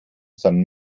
san